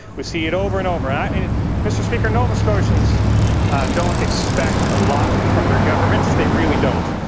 we've seen it over and over. i mean mr. speaker, nova scotians don't expect a lot from their government, they really don't.